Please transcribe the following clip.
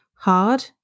Hard